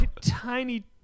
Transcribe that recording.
tiny